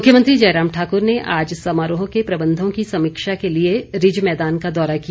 मुख्यमंत्री जयराम ठाक्र ने आज समारोह के प्रबंधों की समीक्षा के लिए रिज मैदान का दौरा किया